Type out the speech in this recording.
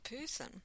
person